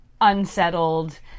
unsettled